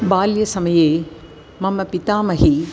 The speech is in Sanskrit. बाल्यसमये मम पितामही